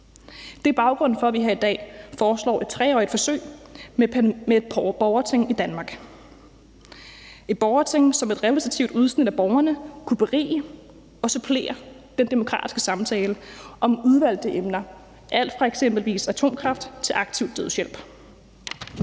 Det er baggrunden for, at vi her i dag foreslår et 3-årigt forsøg med et borgerting i Danmark. Det er et borgerting, som med et repræsentativt udsnit af borgerne kunne berige og supplere den demokratiske samtale om udvalgte emner – alt fra eksempelvis atomkraft til aktiv dødshjælp.